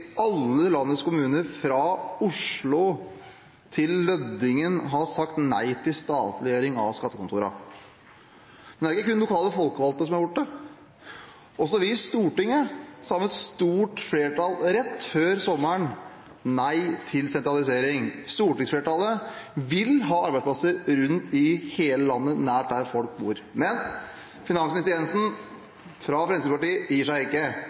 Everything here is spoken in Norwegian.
alle landets kommuner, fra Oslo til Lødingen, har sagt nei til statliggjøring av skattekontorene. Men det er ikke kun lokale folkevalgte som har gjort det. Også vi i Stortinget sa med et stort flertall rett før sommeren nei til sentralisering. Stortingsflertallet vil ha arbeidsplasser rundt om i hele landet, nær der folk bor. Men finansminister Jensen fra Fremskrittspartiet gir seg ikke.